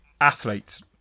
athletes